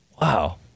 wow